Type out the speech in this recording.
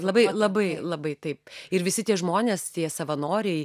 labai labai labai taip ir visi tie žmonės tie savanoriai